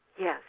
Yes